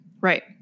Right